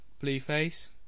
Blueface